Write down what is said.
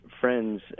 friends